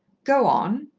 go on,